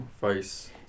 face